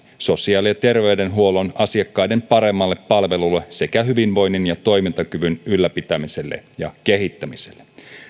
sosiaali ja terveydenhuollon asiakkaiden paremmalle palvelulle sekä hyvinvoinnin ja toimintakyvyn ylläpitämiselle ja kehittämiselle